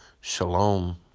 Shalom